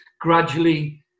gradually